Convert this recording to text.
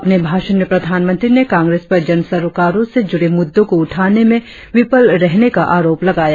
अपने भाषण में प्रधानमंत्री ने कांग्रेस पर जन सरोकारों से जुड़े मुद्दों को उठाने में विफल रहने का आरोप लगाया